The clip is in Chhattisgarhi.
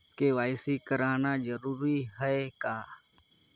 के.वाई.सी कराना जरूरी है का?